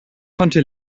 konnte